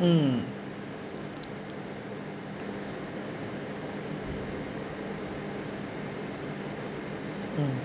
mm mm